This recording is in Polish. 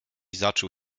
zaczął